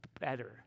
better